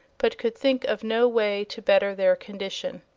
but could think of no way to better their condition.